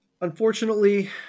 Unfortunately